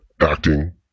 acting